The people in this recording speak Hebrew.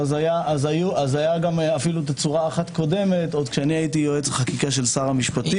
היתה תצורה קודמת כשהייתי יועץ חקיקה של שר המשפטים.